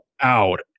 out